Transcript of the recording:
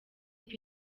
yari